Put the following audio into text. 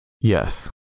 Yes